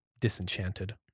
disenchanted